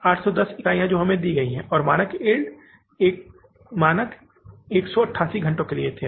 810 इकाइयां जो हमें दी गई हैं और मानक 188 घंटे के लिए थे